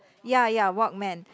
ya ya Walkman